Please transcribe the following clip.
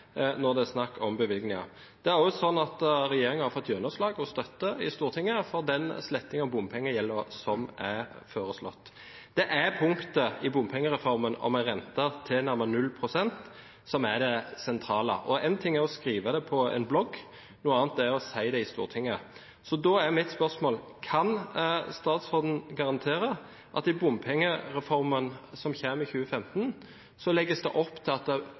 når det er snakk om bevilgninger. Det er også sånn at regjeringen har fått gjennomslag og støtte i Stortinget for den slettingen av bompengegjelden som er foreslått. Det er punktet i bompengereformen om en rente tilnærmet 0 pst. som er det sentrale. En ting er å skrive det på en blogg, noe annet er det å si det i Stortinget. Da er mitt spørsmål: Kan statsråden garantere at det i bompengereformen som kommer i 2015, legges opp til at